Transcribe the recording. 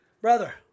Brother